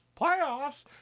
Playoffs